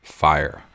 fire